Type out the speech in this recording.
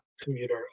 commuter